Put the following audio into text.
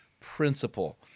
principle